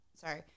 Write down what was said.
sorry